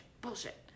bullshit